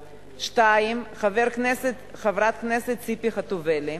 2. חברת הכנסת ציפי חוטובלי,